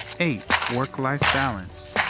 eight. work-life balance.